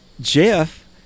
jeff